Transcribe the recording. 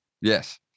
Yes